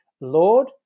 Lord